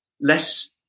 less